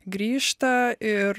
grįžta ir